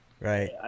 right